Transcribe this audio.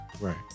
Right